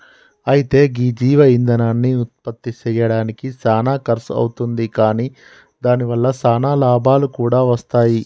అయితే గీ జీవ ఇందనాన్ని ఉత్పప్తి సెయ్యడానికి సానా ఖర్సు అవుతుంది కాని దాని వల్ల సానా లాభాలు కూడా వస్తాయి